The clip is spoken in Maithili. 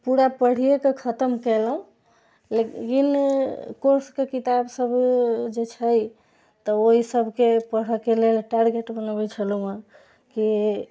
पूरा पढ़िए कऽ खतम केलहुॅं लेकिन कोर्सके किताब सब जे छै तऽ ओहिसबके पढ़ए के लेल टारगेट बनबै छलहुॅं हाँ की